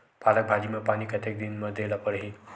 पालक भाजी म पानी कतेक दिन म देला पढ़ही?